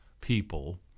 people